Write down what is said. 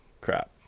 crap